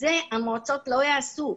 כאשר כל שאר התקציב שניתן ולא מנוצל פשוט הולך.